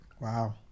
wow